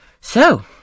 So